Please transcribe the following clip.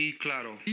claro